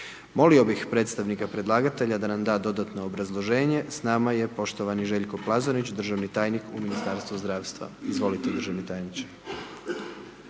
Molio bi predstavnika predlagatelja da nam da dodatno obrazloženje, s nama je poštovani Željko Plazonić, državni tajnik u Ministarstvu zdravstva, izvolite državni tajniče.